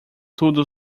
tudo